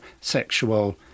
sexual